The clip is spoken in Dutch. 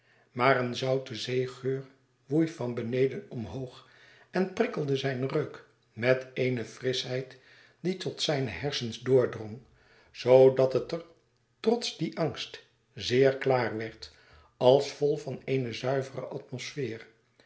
maar een zoute zeegeur woei van beneden omhoog en prikkelde zijn reuk met eene frischheid die tot zijne hersens doordrong zoodat het er trots dien angst zeer klaar werd als vol van eene zuivere atmosfeer